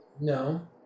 No